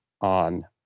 on